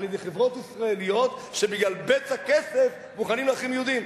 על-ידי חברות ישראליות שבגלל בצע כסף מוכנות להחרים יהודים.